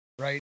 right